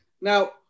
Now